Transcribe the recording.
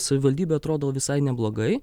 savivaldybė atrodo visai neblogai